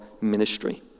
ministry